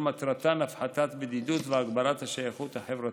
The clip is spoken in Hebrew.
מטרתן הפחתת בדידות והגברת השייכות החברתית.